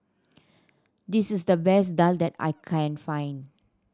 this is the best daal that I can find